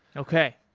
okay.